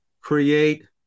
create